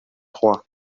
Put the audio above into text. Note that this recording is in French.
trois